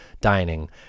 dining